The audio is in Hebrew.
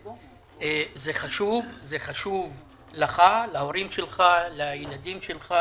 זה חשוב לך, להוריך, לילדיך,